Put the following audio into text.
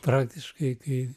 praktiškai kai